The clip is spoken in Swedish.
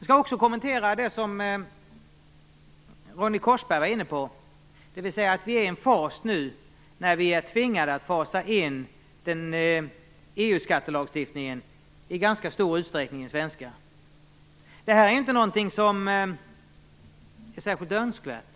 Jag vill kommentera det som Ronny Korsberg var inne på, nämligen att vi nu är inne i en fas då vi är tvingade att fasa in EU-skattelagstiftningen i den svenska. Detta är inte något som är särskilt önskvärt.